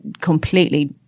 completely